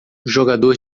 jogador